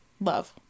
love